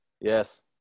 Yes